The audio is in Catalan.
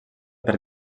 per